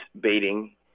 baiting